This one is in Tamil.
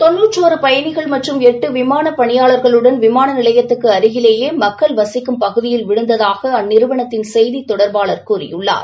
தொன்னுாற்றொரு பயணிகள் மற்றும் எட்டு விமாள பணியாளர்களுடன் விமாள நிலையத்துக்கு அருகிலேயே மக்கள் வசிக்கும் பகுதியில் விழுந்ததாக அந்நிறுவனத்தின் செய்தித் தொடர்பாளர் கூறியுள்ளார்